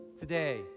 Today